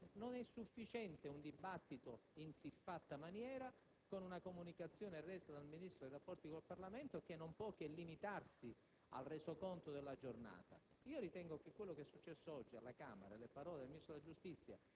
considerazione in quanto affrontano temi su cui non è sufficiente un dibattito svolto in siffatta maniera, con una comunicazione resa dal Ministro per i rapporti con il Parlamento che non può che limitarsi al resoconto della giornata.